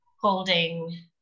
holding